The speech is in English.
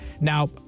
Now